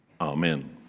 Amen